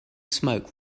smoke